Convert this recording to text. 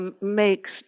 makes